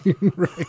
Right